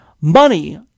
money